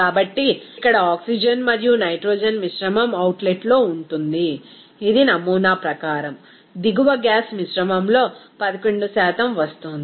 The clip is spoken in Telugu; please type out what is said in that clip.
కాబట్టి ఇక్కడ ఆక్సిజన్ మరియు నైట్రోజన్ మిశ్రమం అవుట్లెట్లో ఉంది ఇది నమూనా ప్రకారం దిగువ గ్యాస్ మిశ్రమంలో 11 వస్తోంది